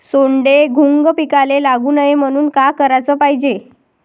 सोंडे, घुंग पिकाले लागू नये म्हनून का कराच पायजे?